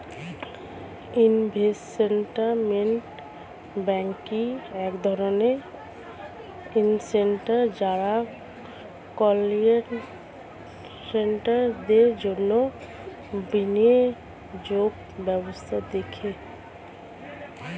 investment banking এক ধরণের industry যারা ক্লায়েন্টদের জন্যে বিনিয়োগ ব্যবস্থা দেখে